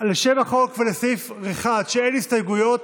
ועל סעיף 1, שאין עליהם הסתייגויות.